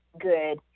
good